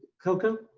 coco.